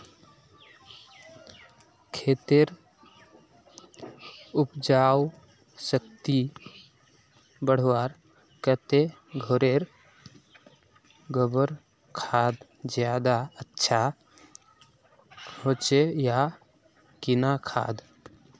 खेतेर उपजाऊ शक्ति बढ़वार केते घोरेर गबर खाद ज्यादा अच्छा होचे या किना खाद?